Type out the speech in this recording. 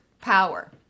power